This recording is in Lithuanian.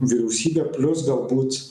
vyriausybė plius galbūt